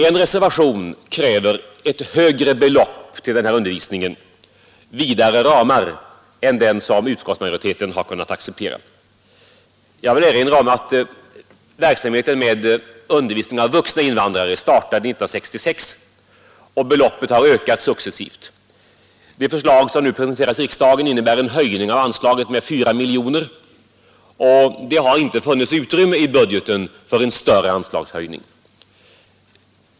En reservation kräver ett högre belopp till den ifrågavarande undervisningen, vidare ramar än dem utskottsmajoriteten kunnat acceptera. Jag vill erinra om att verksamheten med vuxna invandrare startade 1966 och att beloppet har ökat successivt. Det förslag som nu presenteras riksdagen innebär en höjning av anslaget med 4 miljoner kronor, och det har inte funnits utrymme för en större anslagshöjning i budgeten.